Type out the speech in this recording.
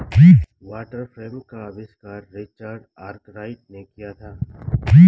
water frame का आविष्कार Richard Arkwright ने किया था